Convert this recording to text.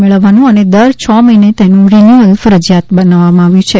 મેળવવાનું અને દર છ મહિને તેનું રિન્યુઅલ ફરજીયાત કરવામાં આવ્યું છે